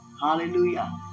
hallelujah